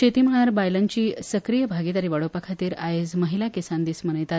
शेती मळार बायलांची सक्रीय भागीदारी वाडोवपाखातीर आयज महिला किसान दीस मनयतात